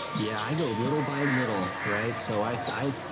yeah, i go little by and little, right? so i, so i,